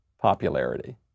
popularity